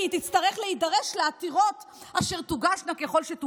היא הגדילה עשות, הגדילה עשות כשהיא העמידה את